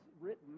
written